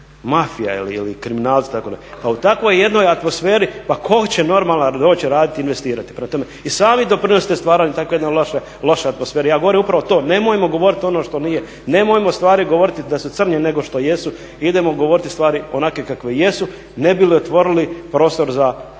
mafija ili kriminalci tako nekako. Pa u takvoj jednoj atmosferi pa ko će normalan doći raditi i investirati? Prema tome, i sami doprinosite stvaranju takve jedne loše atmosfere. Ja govorim upravo to, nemojmo govoriti ono što nije, nemojmo stvari govoriti da su crnje nego što jesu idemo govoriti stvari onakve kakve jesu ne bi li otvorili prostor za investicije,